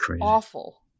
awful